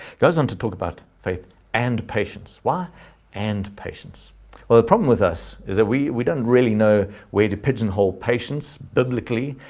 goes on to talk about faith and patience, why and patience? well, the problem with us is that we we don't really know where to pigeonhole patients biblically,